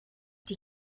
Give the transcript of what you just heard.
die